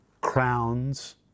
crowns